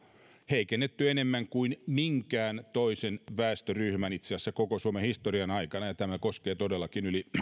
heikennetty enemmän kuin minkään toisen väestöryhmän itse asiassa koko suomen historian aikana ja tämä koskee todellakin yli